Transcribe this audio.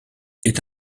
est